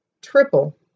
triple